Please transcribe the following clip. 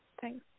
Thanks